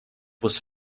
was